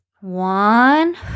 one